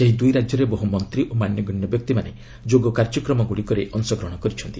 ସେହି ଦୁଇ ରାଜ୍ୟରେ ବହୁ ମନ୍ତ୍ରୀ ଓ ମାନ୍ୟଗଣ୍ୟ ବ୍ୟକ୍ତିମାନେ ଯୋଗ କାର୍ଯ୍ୟକ୍ରମଗୁଡ଼ିକରେ ଅଂଶଗ୍ରହଣ କରିଛନ୍ତି